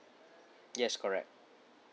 yes correct